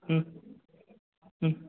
ம் ம்